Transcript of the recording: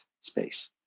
space